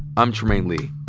i'm trymaine lee.